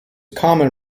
common